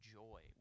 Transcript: joy